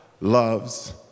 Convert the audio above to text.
loves